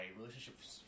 relationships